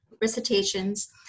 recitations